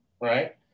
right